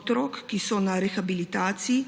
otrok, ki so na rehabilitaciji,